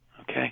Okay